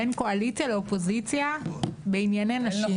בין קואליציה ואופוזיציה בענייני נשים.